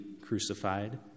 crucified